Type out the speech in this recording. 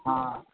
हा